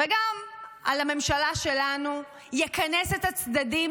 וגם על הממשלה שלנו יכנס את הצדדים